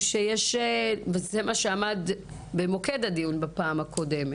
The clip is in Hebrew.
זה מה שעמד במוקד הדיון בפעם הקודמת,